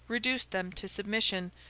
reduced them to submission,